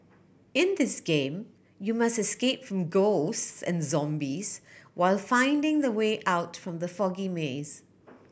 in this game you must escape from ghosts and zombies while finding the way out from the foggy maze